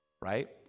right